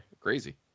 Crazy